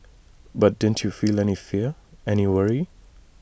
but didn't you feel any fear any worry